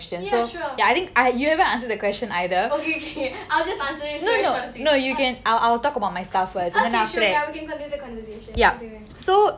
ya sure okay okay I'll just answer it very short and sweet okay sure ya we can continue the conversation continue